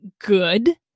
good